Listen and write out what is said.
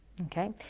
okay